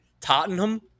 Tottenham